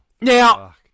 now